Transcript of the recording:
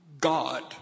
God